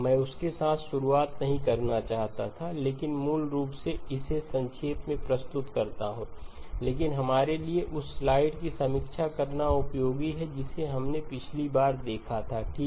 मैं उसके साथ शुरुआत नहीं करना चाहता था लेकिन मूल रूप से इसे संक्षेप में प्रस्तुत करता हूं लेकिन हमारे लिए उस स्लाइड की समीक्षा करना उपयोगी है जिसे हमने पिछली बार देखा था ठीक